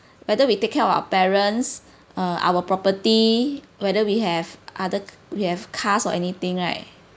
whether we take care of our parents uh our property whether we have other we have cars or anything right